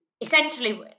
essentially